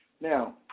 Now